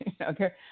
Okay